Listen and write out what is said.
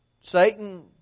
Satan